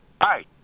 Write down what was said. hi